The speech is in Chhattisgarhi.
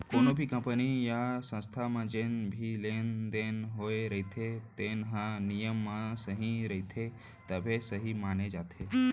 कोनो भी कंपनी य संस्था म जेन भी लेन देन होए रहिथे तेन ह नियम म सही रहिथे तभे सहीं माने जाथे